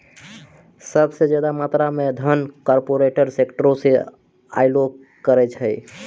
सभ से ज्यादा मात्रा मे धन कार्पोरेटे सेक्टरो से अयलो करे छै